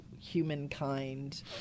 humankind